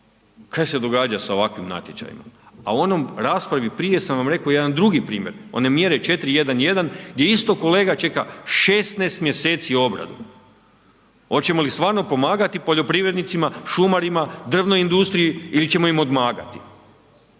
kaj se događa sa ovakvim natječajima. A u onoj raspravi prije sam vam rekao jedan drugi primjer, one mjere 4.1.1. gdje isto kolega čeka 16 mjeseci obradu. Hoćemo li stvarno pomagati poljoprivrednicima, šumarima, drvnoj industriji ili ćemo im odmagati?